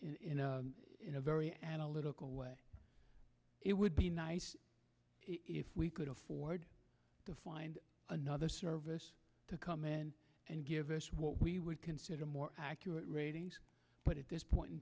that in a very analytical way it would be nice if we could afford to find another service to come in and give us what we would consider more accurate but at this point in